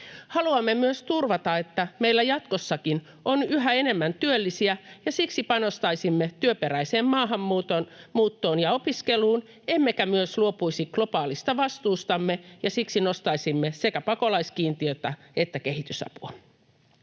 Haluamme myös turvata, että meillä jatkossakin on yhä enemmän työllisiä, ja siksi panostaisimme työperäiseen maahanmuuttoon ja opiskeluun. Emmekä myöskään luopuisi globaalista vastuustamme, ja siksi nostaisimme sekä pakolaiskiintiötä että kehitysapua.